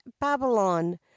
babylon